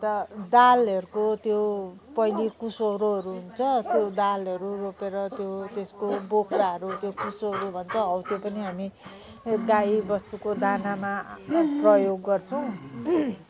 अन्त दालहरूको त्यो पहेँली कुसौरोहरू हुन्छ त्यो दालहरू रोपेर त्यो त्यसको बोक्राहरू त्यो चुच्चोहरू भन्छ हो त्यो पनि हामी गाईबस्तुको दानामा प्रयोग गर्छौँ